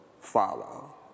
follow